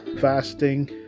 fasting